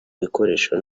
bikoresho